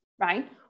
right